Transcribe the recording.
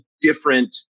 different